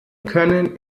können